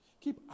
Keep